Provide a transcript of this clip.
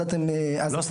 אז אתם מנותקים.